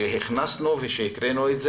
שהכנסנו ושהקראנו,